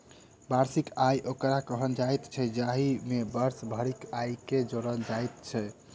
वार्षिक आय ओकरा कहल जाइत छै, जाहि मे वर्ष भरिक आयके जोड़ल जाइत छै